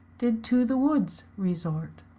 did to the woods resort,